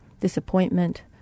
disappointment